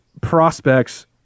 prospects